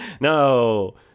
No